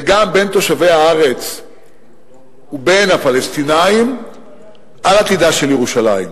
וגם בין תושבי הארץ ובין הפלסטינים על עתידה של ירושלים.